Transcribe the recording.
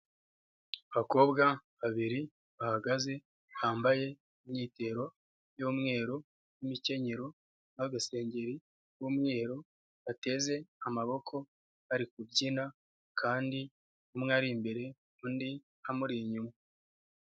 Abakobwa babiri bahagaze bambaye imyitero y'umweru n'imikenyero n'agasengeri k'umweru bateze amaboko bari kubyina kandi umwe ari imbere undi amuri inyuma.